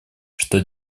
что